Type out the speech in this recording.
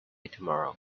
tomorrow